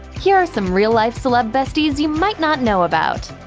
here are some real-life celeb besties you might not know about.